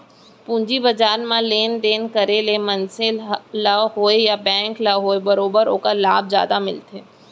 पूंजी बजार म लेन देन करे ले मनसे ल होवय या बेंक ल होवय बरोबर ओखर लाभ जादा मिलथे